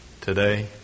today